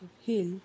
Hill